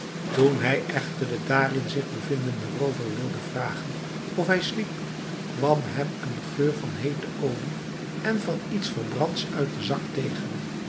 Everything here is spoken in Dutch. toen hij echter den daarin zich bevindenden roover wilde vragen of hij sliep kwam hem een geur van heete olie en van iets verbrands uit den zak tegen